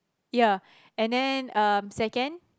ya and then second